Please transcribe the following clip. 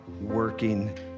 working